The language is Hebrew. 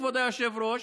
כבוד היושב-ראש,